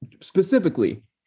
specifically